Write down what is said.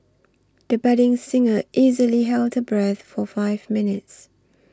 the budding singer easily held her breath for five minutes